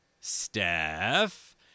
Steph